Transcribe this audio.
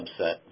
subset